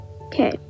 Okay